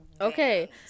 Okay